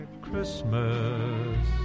Christmas